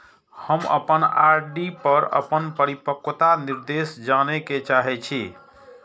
हम अपन आर.डी पर अपन परिपक्वता निर्देश जाने के चाहि छी